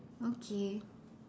okay